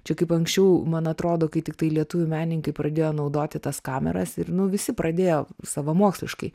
čia kaip anksčiau man atrodo kai tiktai lietuvių menininkai pradėjo naudoti tas kameras ir nu visi pradėjo savamoksliškai